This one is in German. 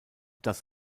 das